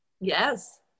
Yes